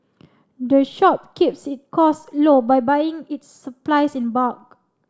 the shop keeps its costs low by buying its supplies in bulk